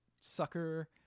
sucker